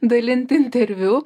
dalinti interviu